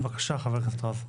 בקשה, חבר הכנסת רז.